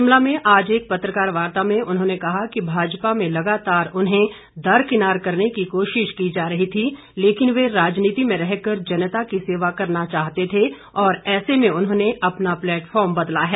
शिमला में आज एक पत्रकारवार्ता में उन्होंने कहा कि भाजपा में लगातार उन्हें दरकिनार करने की कोशिश की जा रही थी लेकिन वे राजनीति मे रहकर जनता की सेवा करना चाहते थे और ऐसे में उन्होंने अपना प्लेटफार्म बदला है